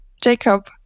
Jacob